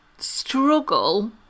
struggle